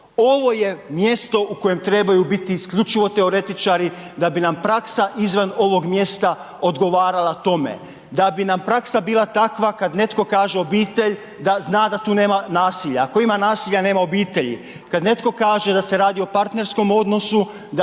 ovo je mjesto u kojem trebaju biti isključivo teoretičari da bi nam praksa izvan ovog mjesta odgovarala tome, da bi nam praksa bila takva kad netko kaže obitelj da zna da tu nema nasilja, ako ima nasilja nema obitelji, kad netko kaže da se radi o partnerskom odnosu